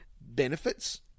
benefits